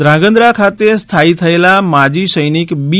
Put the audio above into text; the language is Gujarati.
ધ્રાંગધ્રા ખાતે સ્થાથી થયેલા માજી સૈનિક બી